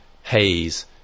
haze